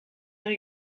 rae